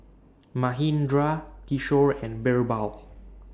Manindra Kishore and Birbal